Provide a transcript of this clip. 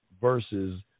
versus